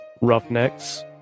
Roughnecks